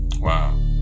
Wow